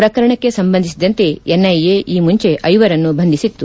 ಪ್ರಕರಣಕ್ಕೆ ಸಂಬಂಧಿಸಿದಂತೆ ಎನ್ಐಎ ಈ ಮುಂಚೆ ಐವರನ್ನು ಬಂಧಿಸಿತ್ತು